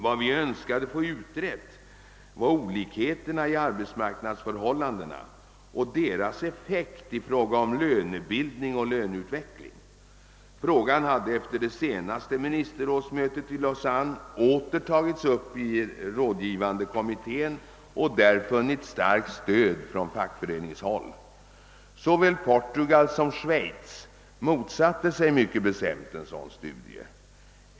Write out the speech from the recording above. Vad vi önskade få utrett var olikheterna i arbetsmarknadsförhållandena och deras effekt i fråga om lönebildning och löneutveckling. Frågan hade efter det senaste ministerrådsmötet i Lausanne åter tagits upp i rådgivande kommittén och där funnit starkt stöd från fackföreningshåll. Såväl Portugal som Schweiz motsatte sig mycket bestämt en sådan studie.